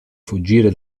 fuggire